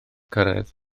cyrraedd